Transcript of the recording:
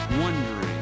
wondering